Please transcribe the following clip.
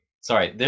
sorry